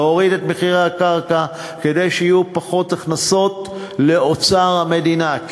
להוריד את מחירי הקרקע כדי שיהיו פחות הכנסות לאוצר המדינה.